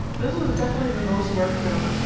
this was definitely the most work though.